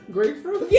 Grapefruit